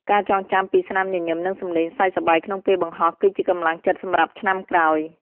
ការចងចាំពីស្នាមញញឹម និងសម្លេងសើចសប្បាយក្នុងពេលបង្ហោះ គឺជាកម្លាំងចិត្តសម្រាប់ឆ្នាំក្រោយ។